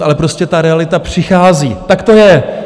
Ale prostě ta realita přichází, tak to je.